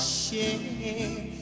share